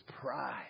pride